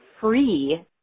free